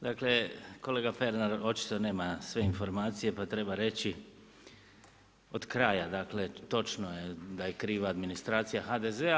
Dakle kolega Parnar očito nema sve informacije, pa treba reći od kraja, dakle točno je da je kriva administracija HDZ-a.